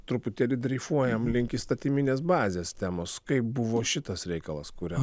truputėlį dreifuojam link įstatyminės bazės temos kaip buvo šitas reikalas kurio